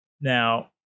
Now